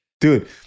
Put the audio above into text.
Dude